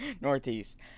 Northeast